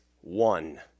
one